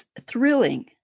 thrilling